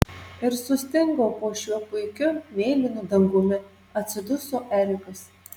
ir sustingau po šiuo puikiu mėlynu dangumi atsiduso erikas